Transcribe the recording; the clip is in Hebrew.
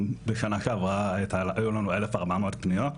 בשנה שעברה היו לנו כ-1,400 פניות,